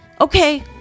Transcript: Okay